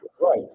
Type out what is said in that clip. right